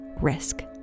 risk